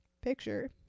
picture